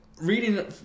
reading